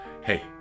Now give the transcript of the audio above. Hey